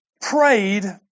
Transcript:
prayed